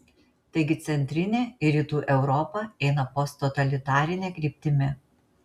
taigi centrinė ir rytų europa eina posttotalitarine kryptimi